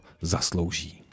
zaslouží